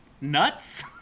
nuts